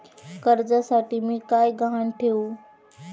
कर्जासाठी मी काय गहाण ठेवू?